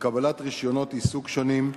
בקבלת רשיונות עיסוק שונים,